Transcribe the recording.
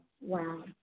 wow